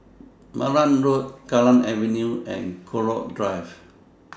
Malan Road Kallang Avenue and Connaught Drive